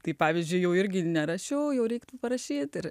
tai pavyzdžiui jau irgi nerašiau jau reiktų parašyti ir